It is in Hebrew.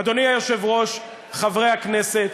אדוני היושב-ראש, חברי הכנסת,